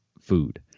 food